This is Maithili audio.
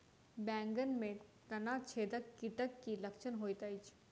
बैंगन मे तना छेदक कीटक की लक्षण होइत अछि?